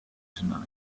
tonight